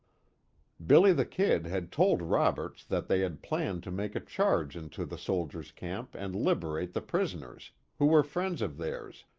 billy the kid had told roberts that they had planned to make a charge into the soldiers' camp and liberate the prisoners, who were friends of theirs,